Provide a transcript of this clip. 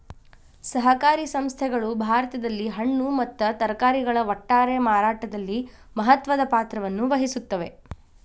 ಸಹಕಾರಿ ಸಂಸ್ಥೆಗಳು ಭಾರತದಲ್ಲಿ ಹಣ್ಣು ಮತ್ತ ತರಕಾರಿಗಳ ಒಟ್ಟಾರೆ ಮಾರಾಟದಲ್ಲಿ ಮಹತ್ವದ ಪಾತ್ರವನ್ನು ವಹಿಸುತ್ತವೆ